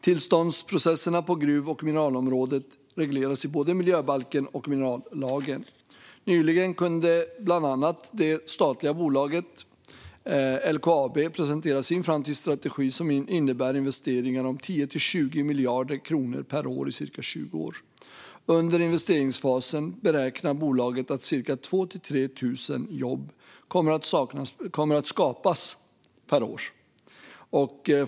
Tillståndsprocesserna på gruv och mineralområdet regleras i både miljöbalken och minerallagen . Nyligen kunde bland annat det statliga bolaget LKAB presentera sin framtidsstrategi som innebär investeringar om 10-20 miljarder kronor per år i cirka 20 år. Under investeringsfasen beräknar bolaget att cirka 2 000-3 000 jobb kommer att skapas per år.